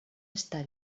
està